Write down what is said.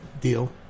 deal